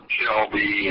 Shelby